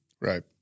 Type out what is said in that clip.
Right